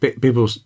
people